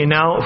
Now